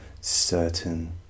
certain